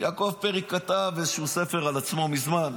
יעקב פרי כתב איזשהו ספר על עצמו, מזמן.